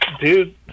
dude